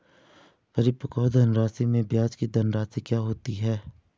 परिपक्व धनराशि में ब्याज की धनराशि क्या होती है?